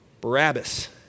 Barabbas